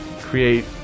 create